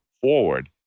forward